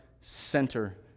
center